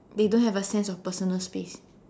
they don't have a sense of personal space